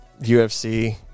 UFC